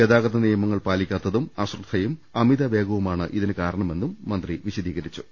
ഗതാഗത നിയമങ്ങൾ പാലി ക്കാത്തതും അശ്രദ്ധയും അമിതവേഗവുമാണ് ഇതിന് കാരണമെന്നും മന്ത്രി വിശദീകരിച്ചു